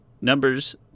numbers